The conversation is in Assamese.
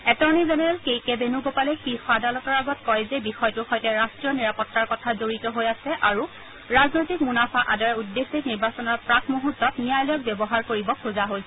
এটৰ্ণি জেনেৰেল কে কে বেণুগোপালে শীৰ্য আদালতৰ আগত কয় যে বিষয়টোৰ সৈতে ৰাট্টীয় নিৰাপত্তাৰ কথা জড়িত হৈ আছে আৰু ৰাজনৈতিক মুনাফা আদায়ৰ উদ্দেশ্যে নিৰ্বাচনৰ প্ৰাক মুহূৰ্তত ন্যায়ালয়ক ব্যৱহাৰ কৰিব খোজা হৈছে